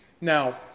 Now